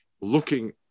looking